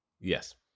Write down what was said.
Yes